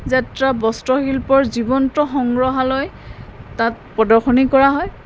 যাত্ৰা বস্ত্ৰশিল্পৰ জীৱন্ত সংগ্ৰহালয় তাত প্ৰদৰ্শনী কৰা হয়